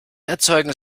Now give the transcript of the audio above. erzeugen